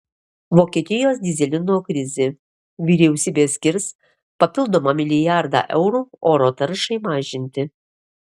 vokietijos dyzelino krizė vyriausybė skirs papildomą milijardą eurų oro taršai mažinti